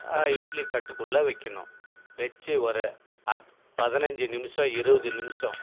இட்லி தட்டுக்குள்ளே வைக்கணும் வச்சு ஒரு அத் பதினைஞ்சு நிமிஷம் இருபது நிமிஷம்